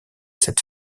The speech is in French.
cette